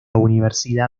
universidad